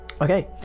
Okay